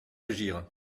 d’agir